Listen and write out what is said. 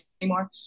anymore